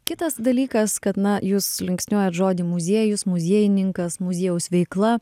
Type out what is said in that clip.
kitas dalykas kad na jūs linksniuojat žodį muziejus muziejininkas muziejaus veikla